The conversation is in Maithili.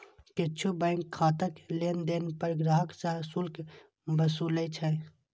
किछु बैंक खाताक लेनदेन पर ग्राहक सं शुल्क वसूलै छै